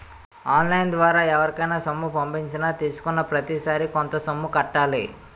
on line ద్వారా ఎవరికైనా సొమ్ము పంపించినా తీసుకున్నాప్రతిసారి కొంత సొమ్ము కట్టాలి